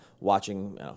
watching